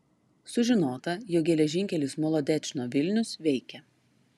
sužinota jog geležinkelis molodečno vilnius veikia